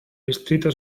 distrito